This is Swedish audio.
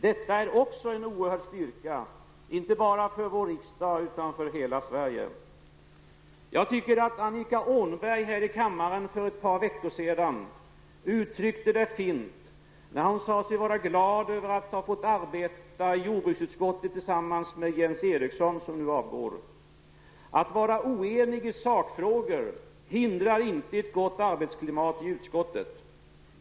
Detta är också en oerhörd styrka inte bara för riksdagen utan för Sverige. Jag tycker att Annika Åhnberg här i kammaren för ett par veckor sedan uttryckte det fint, när hon sade sig vara glad över att ha fått arbeta i jordbruksutskottet tillsammans med Jens Eriksson, som nu avgår. Att vara oenig i sakfrågor hindrar inte ett gott arbetsklimat i utskottet.